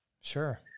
Sure